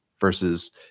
versus